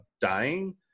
dying